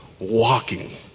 walking